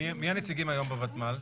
מי הנציגים היום בוותמ"ל?